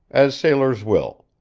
as sailors will.